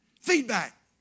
Feedback